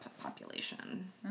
population